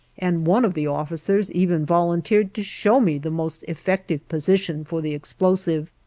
and one of the officers even volunteered to show me the most effective position for the explosive.